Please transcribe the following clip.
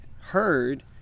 heard